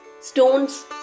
stones